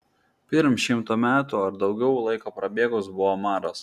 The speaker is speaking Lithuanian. pirm šimto metų ar daugiau laiko prabėgus buvo maras